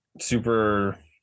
super